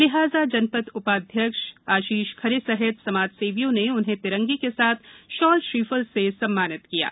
लिहाजा जन द उ ाध्यक्ष अशीष खरे सहित समाजसेवियों ने उन्हें तिरंगे के साथ शॉल श्रीफल से किया सम्मानित किया गया